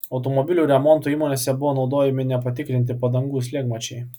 automobilių remonto įmonėse buvo naudojami nepatikrinti padangų slėgmačiai